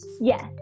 Yes